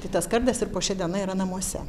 tai tas kardas ir po šia diena yra namuose